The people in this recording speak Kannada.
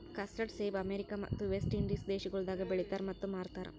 ಕಸ್ಟರ್ಡ್ ಸೇಬ ಅಮೆರಿಕ ಮತ್ತ ವೆಸ್ಟ್ ಇಂಡೀಸ್ ದೇಶಗೊಳ್ದಾಗ್ ಬೆಳಿತಾರ್ ಮತ್ತ ಮಾರ್ತಾರ್